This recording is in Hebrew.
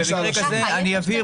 אני אבהיר.